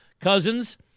Cousins